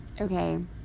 okay